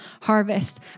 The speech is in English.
harvest